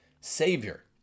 Savior